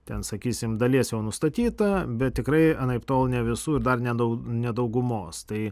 ten sakysim dalies jau nustatyta bet tikrai anaiptol ne visų dar nedaug ne daugumos tai